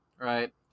right